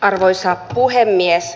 arvoisa puhemies